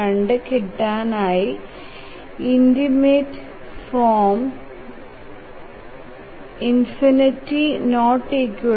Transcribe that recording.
692 കിട്ടാൻ ആയി indeterminate form ∞